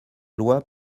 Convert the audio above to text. lois